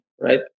right